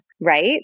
right